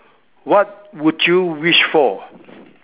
what would you wish for